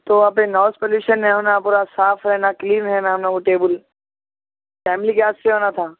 تو آپ نے ناوس پولوشن نہیں ہونا پورا صاف ہے نا کلین ہے نا وہ ٹیبل فیملی کے واسطے آنا تھا